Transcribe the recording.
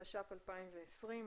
התש"ף-2020,